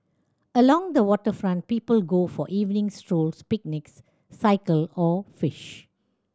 along the waterfront people go for evening strolls picnics cycle or fish